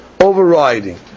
overriding